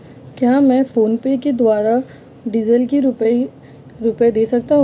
क्या मैं फोनपे के द्वारा डीज़ल के रुपए दे सकता हूं?